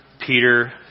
peter